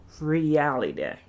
reality